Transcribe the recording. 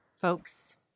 folks